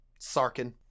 Sarkin